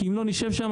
כי אם לא נשב שם,